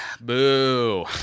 Boo